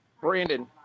Brandon